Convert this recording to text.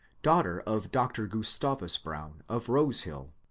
daughter of dr. gustavus brown of rose hill.